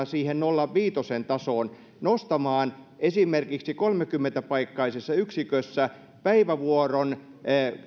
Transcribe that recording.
siihen nolla pilkku viiden tasoon nostamaan esimerkiksi kolmekymmentä paikkaisessa yksikössä päivävuoron